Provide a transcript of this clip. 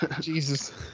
Jesus